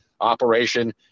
operation